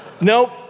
Nope